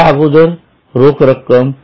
या अगोदर रोख रक्कम रु